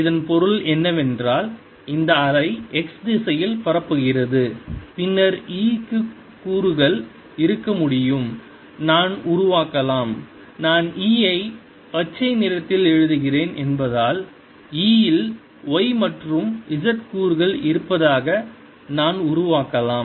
இதன் பொருள் என்னவென்றால் இந்த அலை x திசையில் பரப்புகிறது பின்னர் E க்கு கூறுகள் இருக்க முடியும் நான் உருவாக்கலாம் நான் E ஐ பச்சை நிறத்தில் எழுதுகிறேன் என்பதால் E இல் y மற்றும் z கூறுகள் இருப்பதாக நான் உருவாக்கலாம்